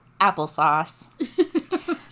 Applesauce